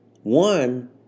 One